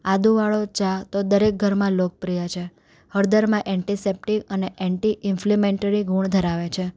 આદુંવાળો ચા તો દરેક ઘરમાં લોકપ્રિય છે હળદરમાં એન્ટીસેપ્ટિક અને એન્ટીઇન્ફ્લિમેટરી ગુણ ઘરાવે છે